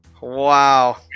Wow